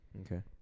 Okay